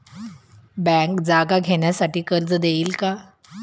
Bank जागा घेण्यासाठी कर्ज देईल का?